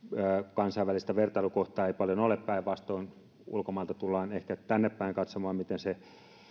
kansainvälistä vertailukohtaa ei paljon ole päinvastoin ulkomailta tullaan ehkä tänne päin katsomaan miten se